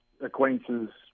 acquaintances